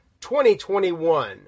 2021